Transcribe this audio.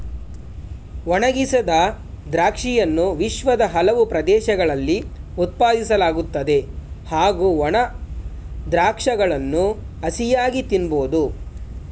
ಒಣಗಿಸಿದ ದ್ರಾಕ್ಷಿಯನ್ನು ವಿಶ್ವದ ಹಲವು ಪ್ರದೇಶಗಳಲ್ಲಿ ಉತ್ಪಾದಿಸಲಾಗುತ್ತದೆ ಹಾಗೂ ಒಣ ದ್ರಾಕ್ಷಗಳನ್ನು ಹಸಿಯಾಗಿ ತಿನ್ಬೋದು